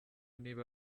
niba